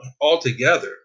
altogether